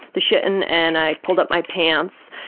the shittin' and i pulled up my pants,